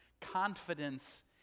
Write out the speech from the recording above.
confidence